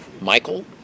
Michael